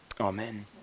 Amen